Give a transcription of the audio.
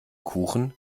kuchen